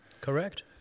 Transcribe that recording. correct